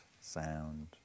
sound